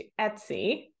Etsy